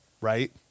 Right